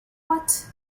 what